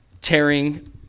tearing